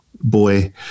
boy